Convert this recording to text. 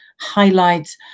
highlights